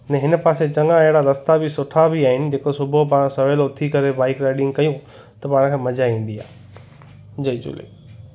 न हिन पासे चङा अहिड़ा रस्ता बि सुठा बि आहिनि जेको सुबुह पाण सवेल उथी करे बाइक राइडिंग कयूं त पाण खे मज़ा ईंदी आहे जय झूले